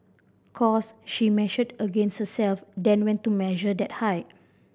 cos she measured against herself then went to measure that height